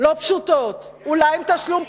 לא פשוטות, אולי עם תשלום פוליטי מסוים.